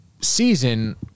season